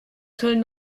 köln